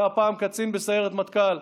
היה פעם קצין בסיירת מטכ"ל,